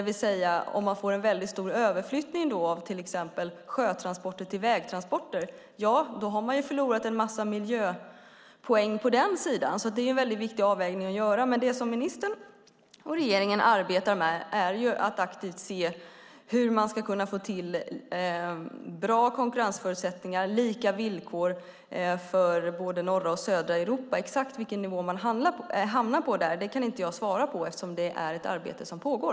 Om man får en stor överflyttning från sjötransporter till vägtransporter har man ju förlorat miljöpoäng där. Det är en viktig avvägning att göra. Ministern och regeringen arbetar med att titta på hur man kan få bra konkurrensförutsättningar och lika villkor för norra och södra Europa. Vilken nivå man hamnar på vet jag inte eftersom arbetet pågår.